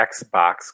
Xbox